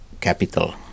capital